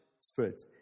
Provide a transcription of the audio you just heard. spirit